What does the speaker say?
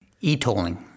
e-tolling